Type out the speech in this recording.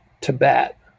Tibet